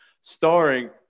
starring